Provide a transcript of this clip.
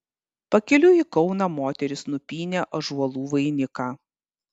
pakeliui į kauną moterys nupynė ąžuolų vainiką